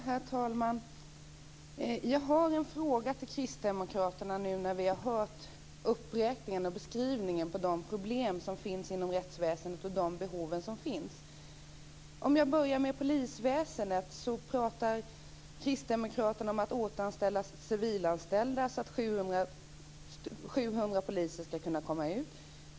Herr talman! Jag har en fråga till kristdemokraterna nu när vi har hört uppräkningen och beskrivningen av de problem och behov som finns inom rättsväsendet. Om jag börjar med polisväsendet så talar kristdemokraterna om att återanställa civilanställda, så att 700 poliser ska kunna komma ut.